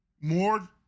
more